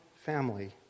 family